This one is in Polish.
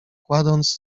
kładąc